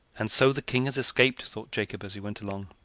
and so the king has escaped, thought jacob, as he went along,